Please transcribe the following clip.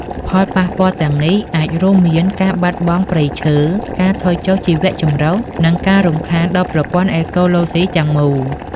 ផលប៉ះពាល់ទាំងនេះអាចរួមមានការបាត់បង់ព្រៃឈើ ការថយចុះជីវៈចម្រុះ និងការរំខានដល់ប្រព័ន្ធអេកូឡូស៊ីទាំងមូល។